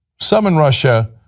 some in russia,